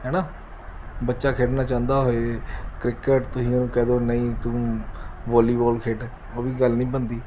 ਹੈ ਨਾ ਬੱਚਾ ਖੇਡਣਾ ਚਾਹੁੰਦਾ ਹੋਵੇ ਕ੍ਰਿਕਟ ਤੁਸੀਂ ਉਹਨੂੰ ਕਹਿ ਦਿਉ ਨਹੀਂ ਤੂੰ ਵਾਲੀਬਾਲ ਖੇਡ ਉਹ ਵੀ ਗੱਲ ਨਹੀਂ ਬਣਦੀ